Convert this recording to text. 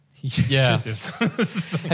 yes